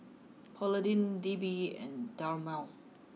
Polident D B and Dermale